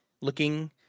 looking